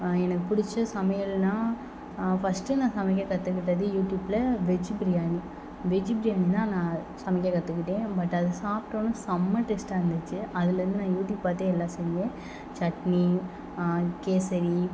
எனக்கு பிடிச்ச சமையல்லாம் நா ஃபர்ஸ்ட்டு நான் சமைக்க கற்றுக்கிட்டது யூடியூப்பில் வெஜ் பிரியாணி வெஜ்ஜி பிரியாணிதான் நான் சமைக்க கற்றுக்கிட்டேன் பட் அது சாப்பிட்டோனே செம்ம டேஸ்ட்டாக இருந்துச்சு அதுலேருந்து நான் யூடியூப் பார்த்தே எல்லாம் செஞ்சேன் சட்னி கேசரி